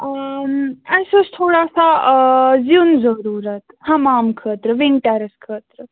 اَسہِ اوس تھوڑا سا زیُن ضٔروٗرَت حَمام خٲطرٕ وِنٹَرَس خٲطرٕ